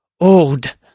old